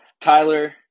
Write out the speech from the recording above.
Tyler